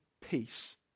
peace